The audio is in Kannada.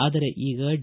ಆದರೆ ಈಗ ಡಿ